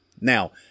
Now